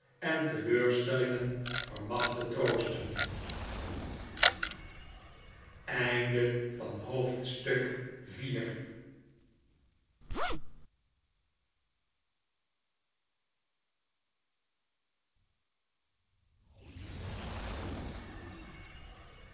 en teleurstellingen vermag te troosten hoofdstuk v